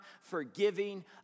forgiving